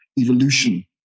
evolution